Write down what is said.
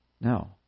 No